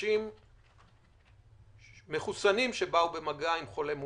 לאנשים מחוסנים שבאו במגע עם חולה מאומת.